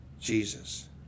Jesus